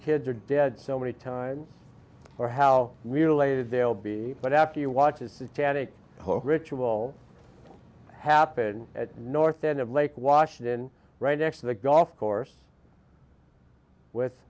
kids are dead so many times or how related they'll be but after you watch a satanic ritual happen at north end of lake washington right next to the golf course with